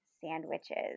sandwiches